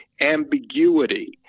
ambiguity